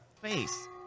face